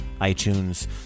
iTunes